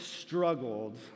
struggled